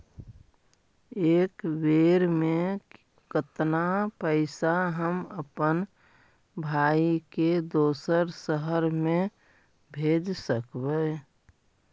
एक बेर मे कतना पैसा हम अपन भाइ के दोसर शहर मे भेज सकबै?